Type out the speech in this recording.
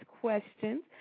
questions